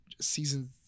season